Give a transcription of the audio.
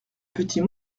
petit